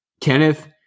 Kenneth